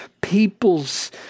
peoples